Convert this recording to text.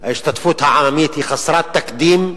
ההשתתפות העממית היא חסרת תקדים.